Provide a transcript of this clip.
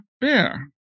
bear